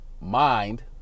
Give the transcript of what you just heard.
mind